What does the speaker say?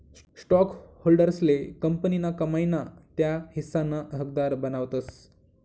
स्टॉकहोल्डर्सले कंपनीना कमाई ना त्या हिस्साना हकदार बनावतस